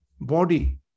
body